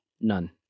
None